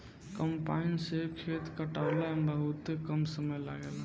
combine से खेत कटावला में बहुते कम समय लागेला